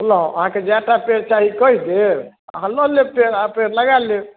बुझलहुँ अहाँकऽ जैटा पेड़ चाही कहि देब अहाँ लऽ लेब पेड़ अहाँ पेड़ लगाय लेब